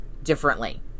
Differently